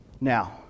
Now